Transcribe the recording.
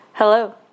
Hello